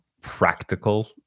practical